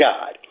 God